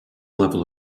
level